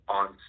on